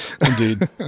Indeed